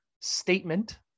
statement